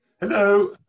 Hello